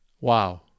Wow